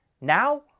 Now